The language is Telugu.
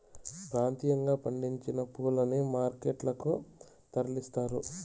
ప్రాంతీయంగా పండించిన పూలని మార్కెట్ లకు తరలిస్తారు